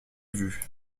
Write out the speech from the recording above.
vue